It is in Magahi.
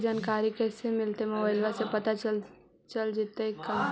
मौसम के जानकारी कैसे मिलतै मोबाईल से पता चल जितै का?